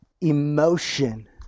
emotion